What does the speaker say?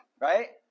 right